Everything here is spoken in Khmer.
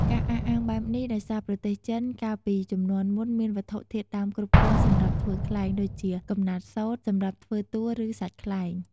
ការអះអាងបែបនេះ ដោយសារប្រទសចិនកាលពីជំនាន់មុនមានវត្ថុធាតុដើមគ្រប់គ្រាន់សម្រាប់ធ្វើខ្លែង ដូចជាកំណាត់សូត្រ សម្រាប់ធ្វើតួ ឬសាច់ខ្លែង។